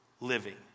living